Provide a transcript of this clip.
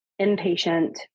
inpatient